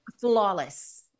flawless